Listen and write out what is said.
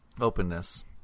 Openness